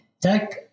Tech